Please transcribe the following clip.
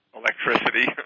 electricity